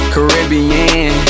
Caribbean